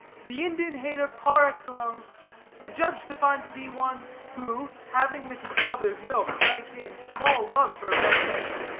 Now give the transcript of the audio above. the indian-hater par excellence the judge defined to be one who, having with his mother's milk drank in small love for red men,